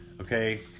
Okay